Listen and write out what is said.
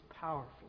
powerful